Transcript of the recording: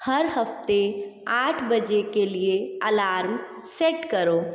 हर हफ़्ते आठ बजे के लिए अलार्म सेट करो